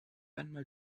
einmal